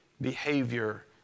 behavior